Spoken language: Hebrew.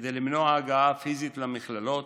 כדי למנוע הגעה פיזית למכללות,